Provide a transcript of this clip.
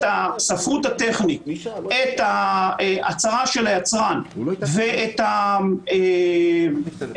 את הספרות הטכנית ואת ההצהרה של היצרן ואת בדיקת